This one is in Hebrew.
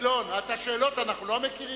גילאון, את השאלות אנחנו לא מכירים?